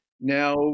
now